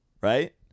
right